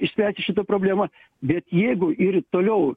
išspręsti šitą problemą bet jeigu ir toliau